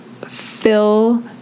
fill